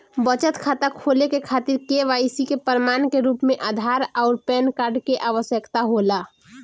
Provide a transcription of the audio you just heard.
बचत खाता खोले के खातिर केवाइसी के प्रमाण के रूप में आधार आउर पैन कार्ड के आवश्यकता होला